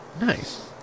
Nice